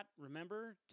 remember